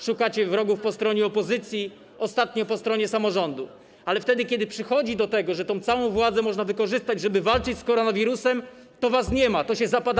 szukacie wrogów po stronie opozycji, ostatnio po stronie samorządu, ale wtedy kiedy dochodzi do tego, że tę całą władzę można wykorzystać, żeby walczyć z koronawirusem, to was nie ma, to zapadacie się pod ziemię.